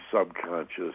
subconscious